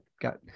got